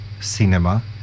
cinema